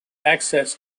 access